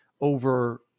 over